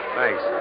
Thanks